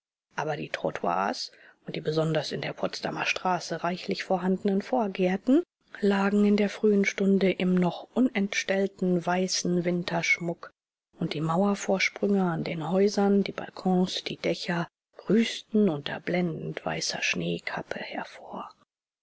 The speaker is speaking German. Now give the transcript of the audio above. aber die trottoirs und die besonders in der potsdamer straße reichlich vorhandenen vorgärten lagen in der frühen stunde im noch unentstellten weißen winterschmuck und die mauervorsprünge an den häusern die balkons die dächer grüßten unter blendend weißer schneekappe hervor